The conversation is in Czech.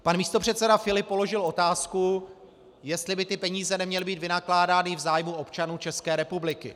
Pan místopředseda Filip položil otázku, jestli by ty peníze neměly být vynakládány v zájmu občanů České republiky.